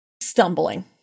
stumbling